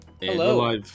hello